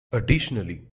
additionally